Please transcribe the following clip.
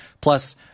Plus